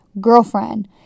Girlfriend